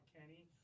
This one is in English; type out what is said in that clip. Kenny